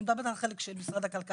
אני מדברת על החלק של משרד הכלכלה.